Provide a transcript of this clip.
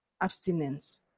abstinence